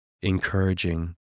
encouraging